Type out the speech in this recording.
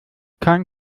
kein